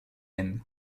end